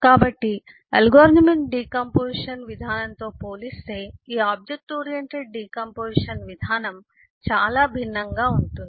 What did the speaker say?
కాబట్టి algorithmic decomposition విధానంతో పోలిస్తే ఈ ఆబ్జెక్ట్ ఓరియెంటెడ్ డికాంపొజిషన్ విధానం చాలా భిన్నంగా ఉంటుంది